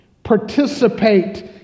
participate